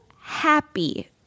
happy